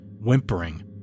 whimpering